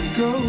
go